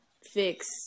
fix